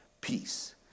Peace